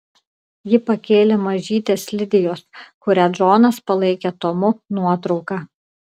ji pakėlė mažytės lidijos kurią džonas palaikė tomu nuotrauką